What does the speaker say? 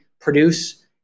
produce